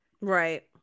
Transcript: right